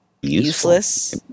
Useless